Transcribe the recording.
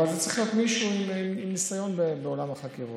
זה צריך להיות מישהו עם ניסיון בעולם החקירות.